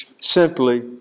simply